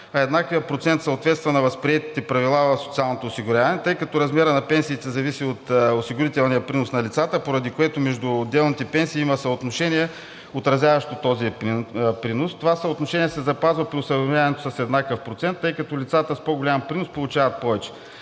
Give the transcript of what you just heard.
еднаквият процент съответства на възприетите правила в социалното осигуряване. Тъй като размерът на пенсиите зависи от осигурителния принос на лицата, поради което между отделните пенсии има съотношение, отразяващо този принос. Това съотношение са запазва при осъвременяването с еднакъв процент, тъй като лицата с по-голям принос получават повече.